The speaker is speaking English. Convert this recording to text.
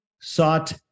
sought